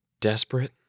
Desperate